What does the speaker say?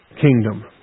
kingdom